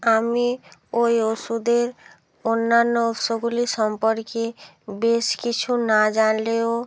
আমি ওই ওষুধের অন্যান্য উৎসগুলি সম্পর্কে বেশ কিছু না জানলেও